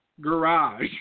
garage